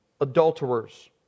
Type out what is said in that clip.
adulterers